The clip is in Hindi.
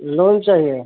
लोन चाहिए